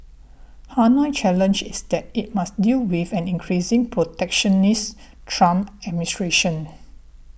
Hanoi's challenge is that it must deal with an increasing protectionist Trump administration